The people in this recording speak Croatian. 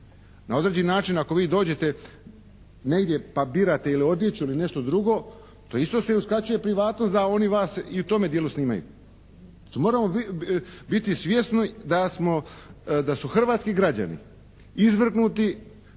Na određeni način ako vi dođete negdje pa birate odjeću ili nešto drugo to isto se uskraćuje privatnost da oni vas i u tome dijelu snimaju. Moramo biti svjesni da su hrvatski građani izvrgnuti